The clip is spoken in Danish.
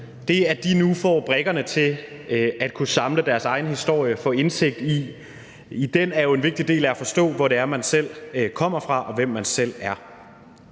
Det, at de nu får brikkerne til at kunne samle deres egen historie og få indsigt i den, er jo en vigtig del af at forstå, hvor det er, man selv kommer fra, og hvem man selv er.